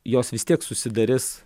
jos vis tiek susidarys